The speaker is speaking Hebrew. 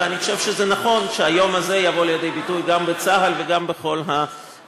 ואני חושב שזה נכון שהיום הזה יבוא לידי ביטוי גם בצה"ל ובכל הגופים